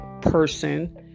person